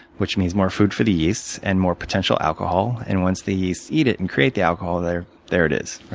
which means more food for the yeast and more potential alcohol. and once the yeasts eat it and create the alcohol, there there it is.